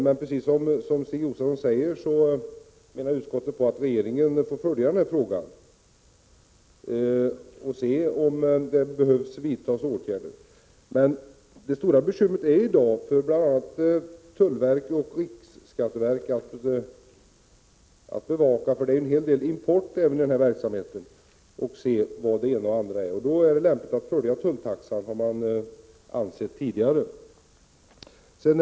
Men precis som Stig Josefson sade anser utskottet att regeringen får följa frågan och se om det behöver vidtas åtgärder. Det stora bekymret i det här sammanhanget för bl.a. tullverket och riksskatteverket är att bevaka — det är ju en hel del import med i de här sammanhangen — och se vad det ena och det andra är. Det är då lämpligt att följa tulltaxan, har man tidigare ansett.